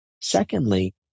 Secondly